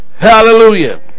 Hallelujah